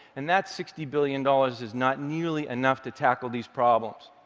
and that sixty billion dollars is not nearly enough to tackle these problems.